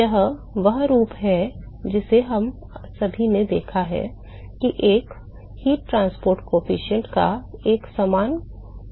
यह वह रूप है जिसे हम सभी ने देखा है कि एक ऊष्मा परिवहन गुणांक का एक समान कार्यात्मक रूप होता है